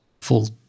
full